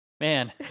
Man